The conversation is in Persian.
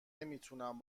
نمیتوانم